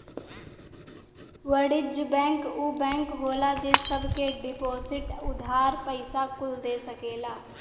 वाणिज्य बैंक ऊ बैंक होला जे सब के डिपोसिट, उधार, पइसा कुल दे सकेला